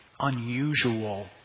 unusual